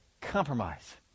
compromise